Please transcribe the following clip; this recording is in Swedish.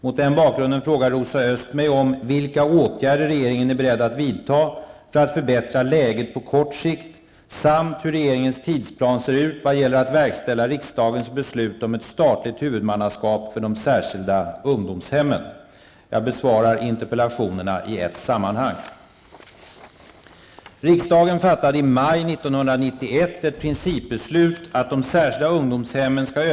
Mot denna bakgrund frågar Rosa Östh mig om vilka åtgärder regeringen är beredd att vidta för att förbättra läget på kort sikt samt hur regeringens tidsplan ser ut vad gäller att verkställa riksdagens beslut om ett statligt huvudmannaskap för de särskilda ungdomshemmen. Jag besvarar interpellationerna i ett sammanhang. 1992.